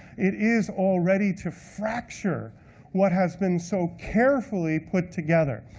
it is, already, to fracture what has been so carefully put together.